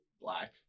black